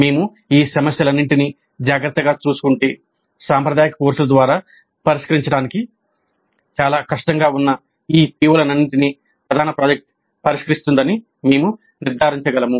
మేము ఈ సమస్యలన్నింటినీ జాగ్రత్తగా చూసుకుంటే సాంప్రదాయిక కోర్సుల ద్వారా పరిష్కరించడానికి చాలా కష్టంగా ఉన్న ఈ PO లన్నింటినీ ప్రధాన ప్రాజెక్ట్ పరిష్కరిస్తుందని మేము నిర్ధారించగలము